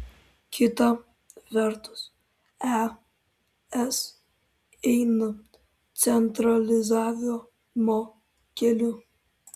kita vertus es eina centralizavimo keliu